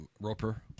Roper